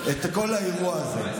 את כל האירוע הזה.